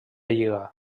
lliga